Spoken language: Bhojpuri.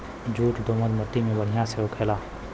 जूट दोमट मट्टी में बढ़िया से होखेला